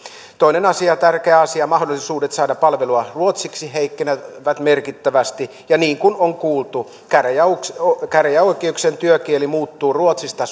toinen asia tärkeä asia mahdollisuudet saada palvelua ruotsiksi heikkenevät merkittävästi ja niin kuin on kuultu käräjäoikeuksien käräjäoikeuksien työkieli muuttuu ruotsista